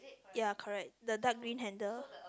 ya correct the dark green handle